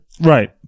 Right